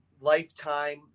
lifetime